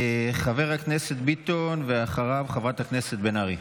חבר הכנסת ביטון, ואחריו, חברת הכנסת בן ארי.